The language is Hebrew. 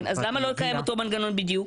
כן, אז למה לא לקיים אותו מנגנון בדיוק?